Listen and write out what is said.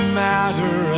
matter